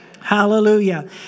Hallelujah